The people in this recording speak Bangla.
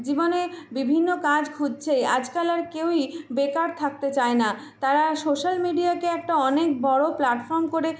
জীবনে বিভিন্ন কাজ খুঁজঝে আজকাল আর কেউই বেকার থাকতে চায় না তারা সোশ্যাল মিডিয়াকে একটা অনেক বড়ো প্ল্যাটফর্ম করে